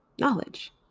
knowledge